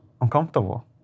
uncomfortable